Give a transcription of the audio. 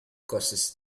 causes